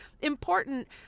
important